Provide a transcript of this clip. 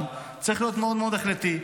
צריך להיות מאוד מאוד החלטי.